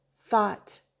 thought